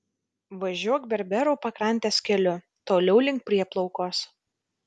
važiuok berberų pakrantės keliu toliau link prieplaukos